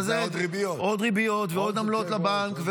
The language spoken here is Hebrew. עוד ריביות ועוד עמלות לבנק.